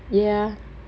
ya